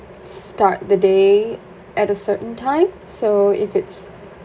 start the day at a certain time so if it's